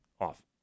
Off